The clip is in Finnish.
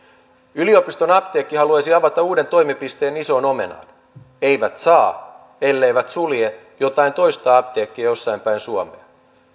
yliopiston apteekki haluaisi avata uuden toimipisteen isoon omenaan eivät saa elleivät sulje jotain toista apteekkia jossain päin suomea